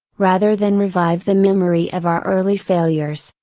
rather than revive the memory of our early failures,